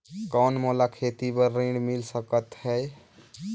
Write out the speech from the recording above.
कौन मोला खेती बर ऋण मिल सकत है?